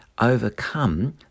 overcome